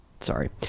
Sorry